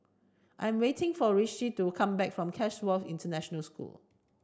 I am waiting for Rishi to come back from Chatsworth International School